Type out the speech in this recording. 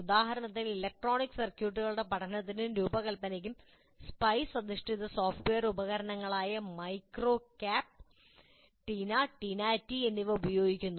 ഉദാഹരണത്തിന് ഇലക്ട്രോണിക് സർക്യൂട്ടുകളുടെ പഠനത്തിനും രൂപകൽപ്പനയ്ക്കും സ്പൈസ് അധിഷ്ഠിത സോഫ്റ്റ്വെയർ ഉപകരണങ്ങളായ മൈക്രോകാപ്പ് ടിന ടിനാറ്റി എന്നിവ ഉപയോഗിക്കുന്നു